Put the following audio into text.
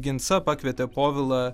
ginsa pakvietė povilą